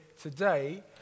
today